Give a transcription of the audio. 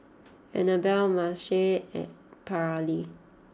Annabella Marcel and Paralee